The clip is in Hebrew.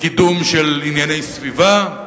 קידום של ענייני סביבה,